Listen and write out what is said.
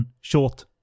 short